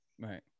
right